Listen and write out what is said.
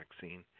vaccine